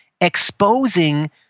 exposing